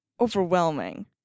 overwhelming